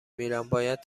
میرم، باید